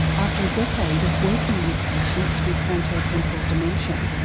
after a decade of working with patients with frontotemporal dementia,